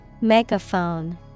megaphone